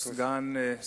אדוני.